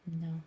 no